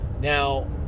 Now